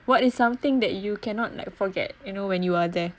what is something that you cannot like forget you know when you are there